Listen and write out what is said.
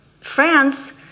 France